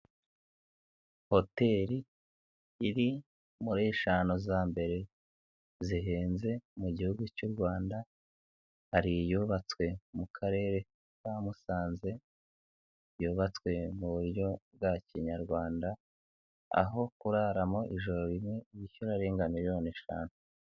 Hoteli iri muri eshanu za mbere zihenze mu Gihugu cy'u Rwanda, hari iyubatswe mu karere ka Musanze, yubatswe mu buryo bwa kinyarwanda, aho kuraramo ijoro rimwe bishyura arenga miliyoni eshanu.